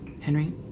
Henry